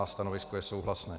Stanovisko je souhlasné.